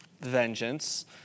vengeance